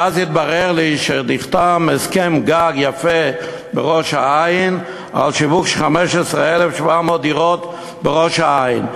ואז התברר לי שנחתם הסכם גג יפה בראש-העין על שיווק 15,700 דירות שם.